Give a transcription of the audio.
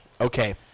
okay